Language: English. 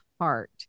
Heart